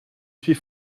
suis